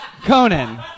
conan